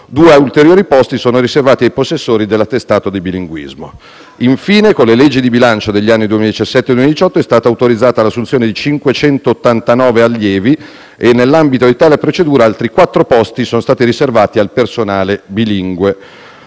due ulteriori posti sono riservati ai possessori dell'attestato di bilinguismo. Infine, con le leggi di bilancio degli anni 2017 e 2018 è stata autorizzata l'assunzione di 589 allievi e nell'ambito di tale procedura altri quattro posti sono stati riservati al personale bilingue.